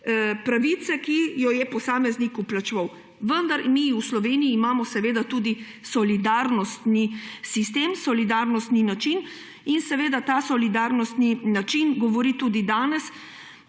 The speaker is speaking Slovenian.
pravice, ki jo je posameznik vplačeval. Vendar v Sloveniji imamo tudi solidarnostni sistem, solidarnostni način in seveda ta solidarnostni način govori tudi danes,